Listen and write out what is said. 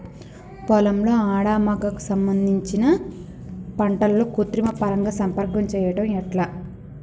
పొలంలో మగ ఆడ కు సంబంధించిన పంటలలో కృత్రిమ పరంగా సంపర్కం చెయ్యడం ఎట్ల?